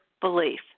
belief